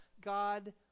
God